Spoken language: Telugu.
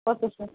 okay sir